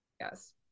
Yes